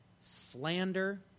slander